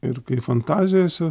ir kai fantazijose